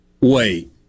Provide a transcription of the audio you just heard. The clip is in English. Wait